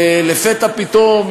ולפתע פתאום,